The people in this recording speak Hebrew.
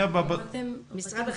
משרד החינוך,